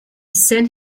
sent